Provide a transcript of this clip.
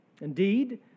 Indeed